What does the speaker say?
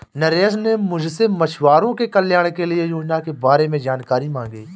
नरेश ने मुझसे मछुआरों के कल्याण के लिए योजना के बारे में जानकारी मांगी